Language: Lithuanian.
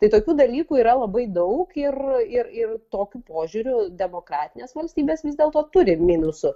tai tokių dalykų yra labai daug ir ir ir tokiu požiūriu demokratinės valstybės vis dėlto turi minusų